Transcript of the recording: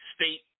State